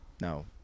No